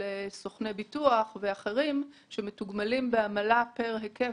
סוכני ביטוח ואחרים שמתוגמלים בעמלה פר היקף,